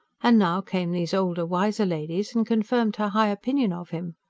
and now came these older, wiser ladies and confirmed her high opinion of him.